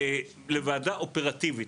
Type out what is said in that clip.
לוועדה אופרטיבית.